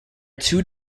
two